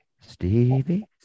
Stevie